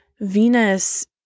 Venus